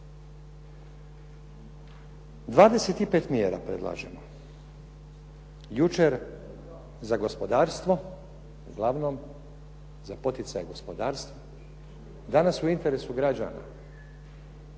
25 mjera predlažemo, jučer za gospodarstvo uglavnom, za poticaj gospodarstva, danas u interesu građana.